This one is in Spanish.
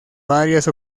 varias